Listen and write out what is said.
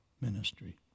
ministry